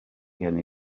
gen